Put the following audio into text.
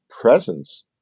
presence